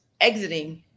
exiting